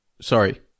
Sorry